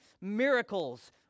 miracles